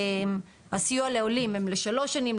הסיוע לעולים הם לשלוש שנים,